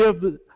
give